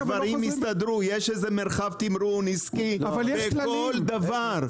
הדברים יסתדרו, יש איזה מרחב תמרון עסקי בכל דבר.